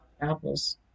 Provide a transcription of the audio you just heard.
apples